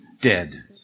dead